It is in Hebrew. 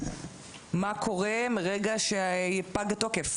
לפחות במלונות, הפעילות שלנו פתוחה גם במרכזים.